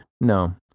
No